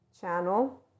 channel